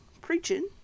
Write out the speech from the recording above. preaching